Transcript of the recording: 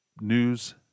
news